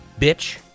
Bitch